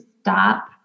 stop